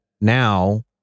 now